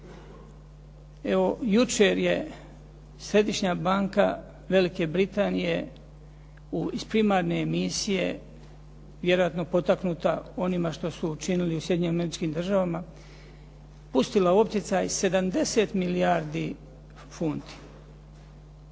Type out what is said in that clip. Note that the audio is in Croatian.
Evo, jučer je Središnja banka Velike Britanije iz primarne misije, vjerojatno potaknuta onima što su učinili u Sjedinjenim Američkim Državama pustila u opticaj 70 milijardi funti.